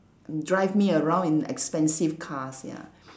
drive me around in expensive cars ya